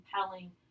compelling